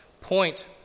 point